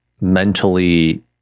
mentally